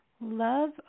love